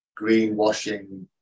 greenwashing